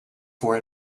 for